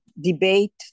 debate